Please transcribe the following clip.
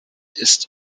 ist